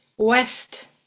West